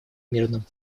мирном